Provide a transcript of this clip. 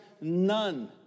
None